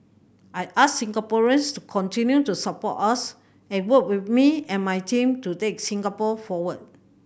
I ask Singaporeans to continue to support us and work with me and my team to take Singapore forward